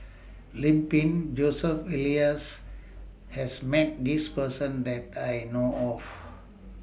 Lim Pin Joseph Elias has Met This Person that I know of